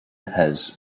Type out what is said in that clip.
has